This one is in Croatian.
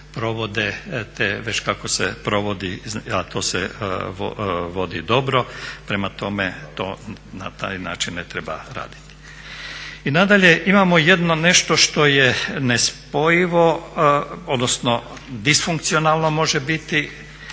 te već kako se provodi a to se vodi dobro. Prema tome, to, na taj način ne treba raditi. I nadalje imamo nešto što je nespojivo, odnosno disfunkcionalno može biti